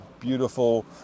beautiful